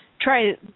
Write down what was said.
try